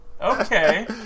Okay